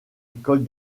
école